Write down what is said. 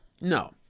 No